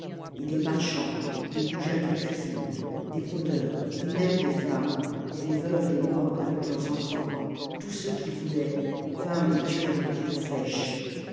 et des marchands des goujats de cuisine des brodeurs et même des femmes les veuves des morts avec leurs enfants tous ceux qui voulaient vinrent les tuer à coups de flèches